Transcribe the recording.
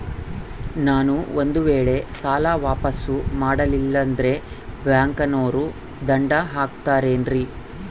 ನಾನು ಒಂದು ವೇಳೆ ಸಾಲ ವಾಪಾಸ್ಸು ಮಾಡಲಿಲ್ಲಂದ್ರೆ ಬ್ಯಾಂಕನೋರು ದಂಡ ಹಾಕತ್ತಾರೇನ್ರಿ?